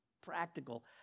practical